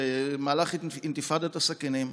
במהלך אינתיפאדת הסכינים,